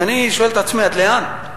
ואני שואל את עצמי, עד לאן?